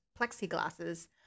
plexiglasses